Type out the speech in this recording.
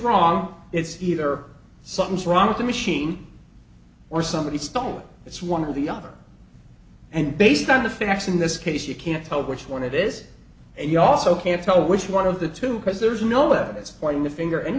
wrong it's either something's wrong with the machine or somebody stole it it's one or the other and based on the facts in this case you can't tell which one it is and you also can't tell which one of the two because there's no evidence pointing the finger